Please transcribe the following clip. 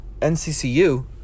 NCCU